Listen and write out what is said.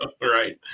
Right